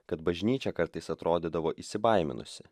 kad bažnyčia kartais atrodydavo įsibaiminusi